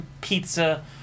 pizza